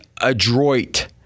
adroit